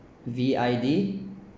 V I D